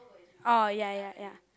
orh ya ya ya